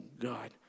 God